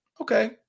Okay